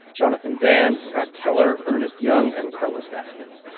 jonathan band, scott keller, ernest young and carlos vazquez.